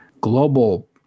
global